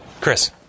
Chris